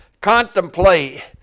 contemplate